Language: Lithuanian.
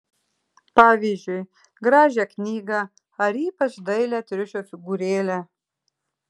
pavyzdžiui gražią knygą ar ypač dailią triušio figūrėlę